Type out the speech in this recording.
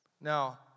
Now